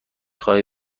خواهی